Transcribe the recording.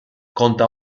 conta